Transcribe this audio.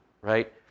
right